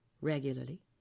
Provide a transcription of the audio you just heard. regularly